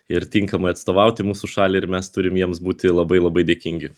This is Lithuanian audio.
ir tinkamai atstovauti mūsų šalį ir mes turim jiems būti labai labai dėkingi